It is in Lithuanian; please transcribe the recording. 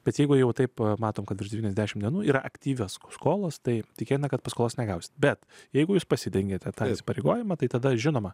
bet jeigu jau taip matome kad už devyniasdešim dienų yra aktyvios skolos tai tikėtina kad paskolos negaus bet jeigu jis pasidengė tatai įsipareigojimą tai tada žinoma